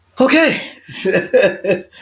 okay